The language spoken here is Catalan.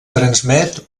transmet